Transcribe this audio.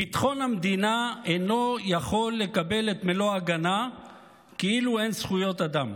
"ביטחון המדינה אינו יכול לקבל את מלוא ההגנה כאילו אין זכויות אדם.